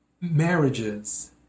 Marriages